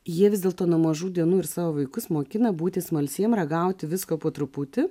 jie vis dėlto nuo mažų dienų ir savo vaikus mokina būti smalsiems ragauti visko po truputį